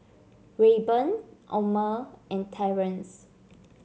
Rayburn Omer and Terence